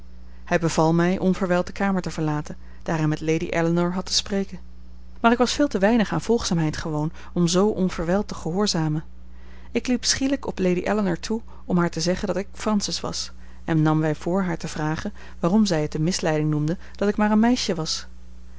hij beval mij onverwijld de kamer te verlaten daar hij met lady ellinor had te spreken maar ik was veel te weinig aan volgzaamheid gewoon om zoo onverwijld te gehoorzamen ik liep schielijk op lady ellinor toe om haar te zeggen dat ik francis was en nam mij voor haar te vragen waarom zij het eene misleiding noemde dat ik maar een meisje was